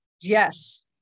Yes